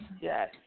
Yes